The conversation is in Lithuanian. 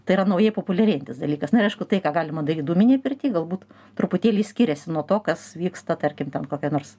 tai yra naujai populiarėjantis dalykas na ir aišku tai ką galima daryt dūminėj pirty galbūt truputėlį skiriasi nuo to kas vyksta tarkim ten kokioj nors